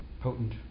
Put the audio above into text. potent